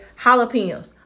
jalapenos